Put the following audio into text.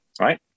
right